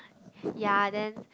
ya then